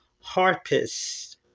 harpist